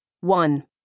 One